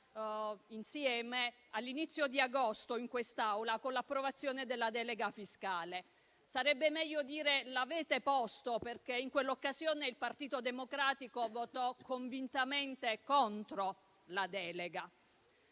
insieme all'inizio di agosto in quest'Aula, con l'approvazione della delega fiscale. Sarebbe meglio dire l'avete posto, perché in quell'occasione il Partito Democratico votò convintamente contro la delega.